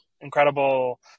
incredible